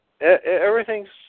everything's